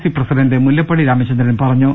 C president Mullappally Ramachandran പറ ഞ്ഞു